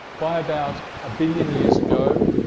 by about a billion years ago,